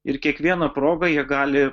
ir kiekviena proga jie gali